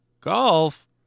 Golf